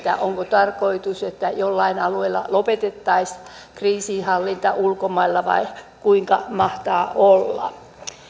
onko tarkoitus että jollain alueilla lopetettaisiin kriisinhallinta ulkomailla vai kuinka mahtaa olla